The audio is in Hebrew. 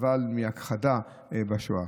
שסבל מהכחדה בשואה.